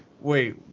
Wait